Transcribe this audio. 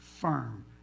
firm